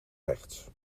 rechts